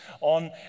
on